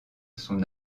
son